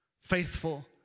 faithful